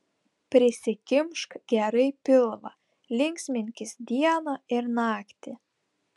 prisikimšk gerai pilvą linksminkis dieną ir naktį